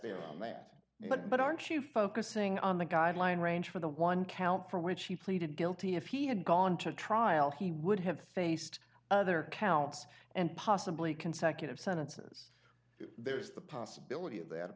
fast on that but but aren't you focusing on the guideline range for the one count for which he pleaded guilty if he had gone to trial he would have faced other counts and possibly consecutive sentences there's the possibility of that of